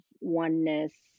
oneness